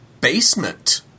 basement